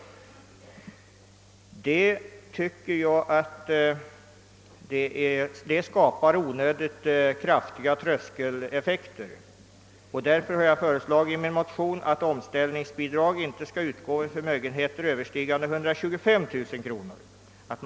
Detta skapar onödigt kraftiga tröskeleffekter, och därför har jag i mitt tredje yrkande föreslagit att omställningsbidrag inte skall utgå på förmögenheter överstigande 125000 kronor.